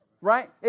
Right